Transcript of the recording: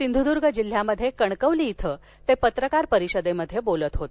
सिधुद्ग जिल्ह्यात कणकवली धिं ते पत्रकार परिषदेत बोलत होते